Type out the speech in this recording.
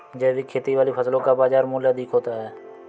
जैविक खेती वाली फसलों का बाज़ार मूल्य अधिक होता है